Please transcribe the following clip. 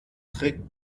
trick